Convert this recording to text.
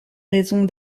raisons